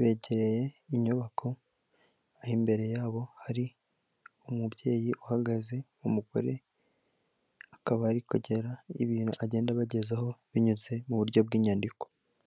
begereye inyubako, aho imbere yabo hari umubyeyi uhagaze, umugore akaba ari kugera ibintu agenda abagezaho binyuze mu buryo bw'inyandiko.